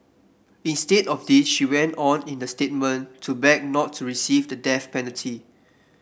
instead of this she went on in the statement to beg not to receive the death penalty